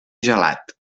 gelat